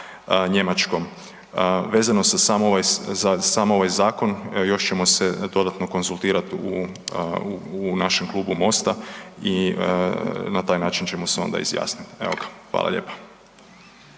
Vezano samo za ovaj zakon, još ćemo se dodatno konzultirati u našem klubu Mosta i na taj način ćemo se onda izjasnit. Hvala lijepa.